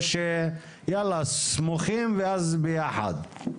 או שיאללה סמוכים ואז נאגד אותן?